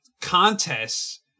contests